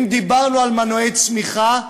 אם דיברנו על מנועי צמיחה,